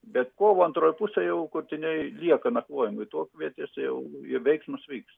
bet kovo antroj pusėj jau kurtiniai lieka nakvojimui tuokvietėse jau ir veiksmas vykst